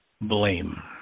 blame